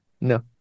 No